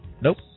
Nope